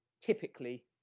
typically